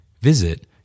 Visit